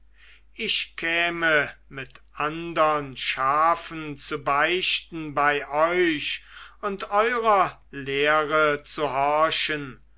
ich käme mit andern schafen zu beichten bei euch und eurer lehre zu